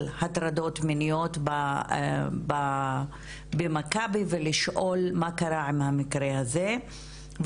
הטרדות מיניות במכבי ולשאול מה קרה עם המקרה הזה,